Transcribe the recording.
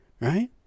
right